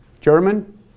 German